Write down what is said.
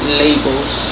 labels